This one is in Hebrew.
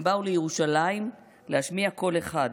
הם באו לירושלים להשמיע קול אחד,